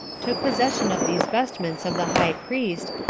took possession of these vestments of the high priest,